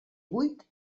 huit